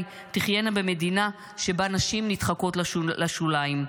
תחיינה במדינה שבה נשים נדחקות לשוליים,